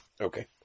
Okay